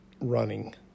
running